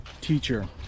teacher